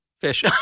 Fish